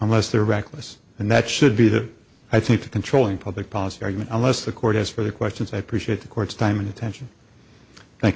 unless they're reckless and that should be the i think the controlling public policy argument unless the court has for the questions i appreciate the court's time and attention